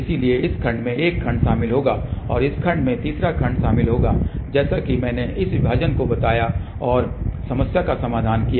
इसलिए इस खंड में एक खंड शामिल होगा और इस खंड में तीसरा खंड शामिल होगा जैसा कि मैंने इस विभाजन को बताया और समस्या का समाधान किया